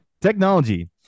Technology